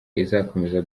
izakomeza